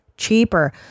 Cheaper